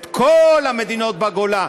את כל המדינות בגולה,